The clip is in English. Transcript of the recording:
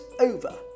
over